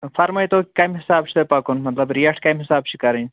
فرمٲیتو کمہِ حِسابہٕ چھُ تۄہہِ پکُن مطلب ریٹ کمہِ حِسابہٕ چھِ کَرٕنۍ